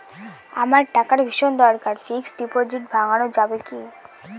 আমার টাকার ভীষণ দরকার ফিক্সট ডিপোজিট ভাঙ্গানো যাবে কি?